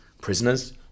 Prisoners